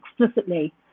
explicitly